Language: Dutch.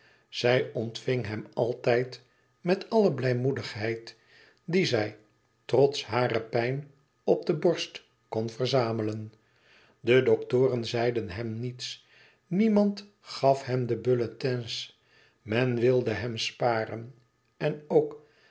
zij ontving hem altijd met alle blijmoedigheid die zij trots hare pijn op de borst kon verzamelen de doktoren zeiden hem niets niemand gaf hem de bulletins men wilde hem sparen en ook